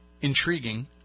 intriguing